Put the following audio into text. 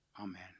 Amen